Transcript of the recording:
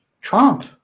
Trump